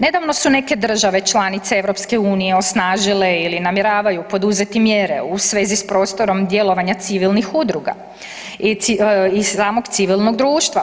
Nedavno su neke države članice EU osnažile ili namjeravaju poduzeti mjere u svezi s prostorom djelovanja civilnih udruga i samog civilnog društva.